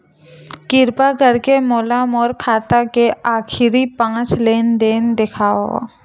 किरपा करके मोला मोर खाता के आखिरी पांच लेन देन देखाव